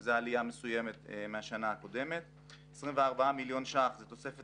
וזו עלייה מסוימת מהשנה הקודמת.24 מיליון ש"ח זה תוספת